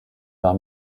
war